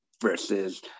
versus